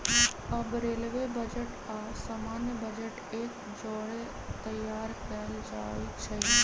अब railway budget आऽ सामान्य बजट एक जौरे तइयार कएल जाइ छइ